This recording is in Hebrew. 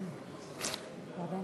גברתי